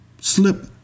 slip